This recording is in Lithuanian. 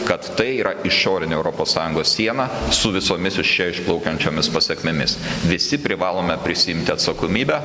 kad tai yra išorinė europos sąjungos siena su visomis iš čia išplaukiančiomis pasekmėmis visi privalome prisiimti atsakomybę